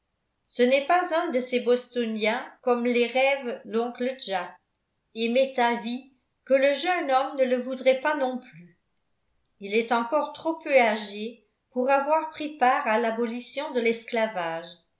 ce n'est pas un de ces bostoniens comme les rêve l'oncle jack et m'est avis que le jeune homme ne le voudrait pas non plus il est encore trop peu âgé pour avoir pris part à l'abolition de l'esclavage